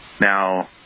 Now